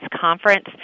conference